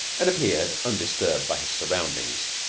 and appeared undisturbed by his surroundings.